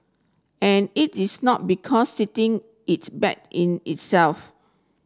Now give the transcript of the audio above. and it is not because sitting is bad in itself